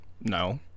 No